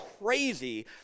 crazy